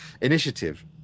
initiative